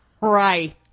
Right